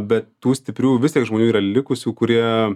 bet tų stiprių vis tiek žmonių yra likusių kurie